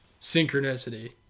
synchronicity